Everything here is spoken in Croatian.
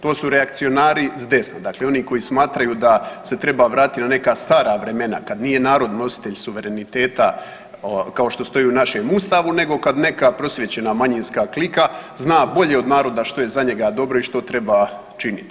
To su reakcionari s desna, dakle oni koji smatraju da se treba vratiti na neka stara vremena kad nije narod nositelj suvereniteta kao što stoji u našem Ustavu nego kad neka prosvjećena manjinska klika zna bolje od naroda što je za njega dobro i što treba činiti.